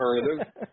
alternative